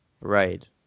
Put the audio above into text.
right